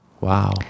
Wow